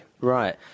right